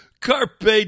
Carpe